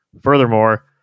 furthermore